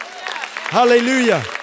Hallelujah